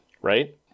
Right